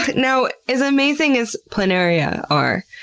but now, as amazing as planaria are,